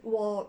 我